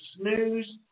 snooze